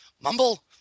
Mumble